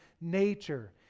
nature